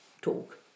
talk